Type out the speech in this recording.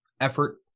effort